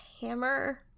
hammer